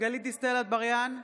גלית דיסטל אטבריאן,